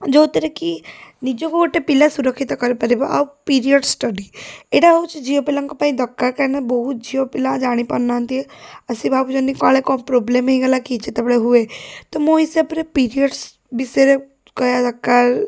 ଯେଉଁଥିରେକି ନିଜକୁ ଗୋଟେ ପିଲା ସୁରକ୍ଷିତ କରିପାରିବ ଆଉ ପିରିୟଡ଼୍ସ ଷ୍ଟଡ଼ି ଏଇଟା ହେଉଛି ଝିଅପିଲାଙ୍କ ପାଇଁ ଦରକାର କାରଣ ବହୁତ ଝିଅପିଲା ଜାଣିପାରୁ ନାହାନ୍ତି ଆଉ ସେ ଭାବୁଛନ୍ତି କାଳେ କ'ଣ ପ୍ରୋବ୍ଲେମ୍ ହେଇଗଲା କି ଯେତେବେଳେ ହୁଏ ତ ମୋ ହିସାବରେ ପିରିୟଡ଼୍ସ ବିଷୟରେ କହିବା ଦରକାର